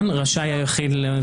רשאי היחיד.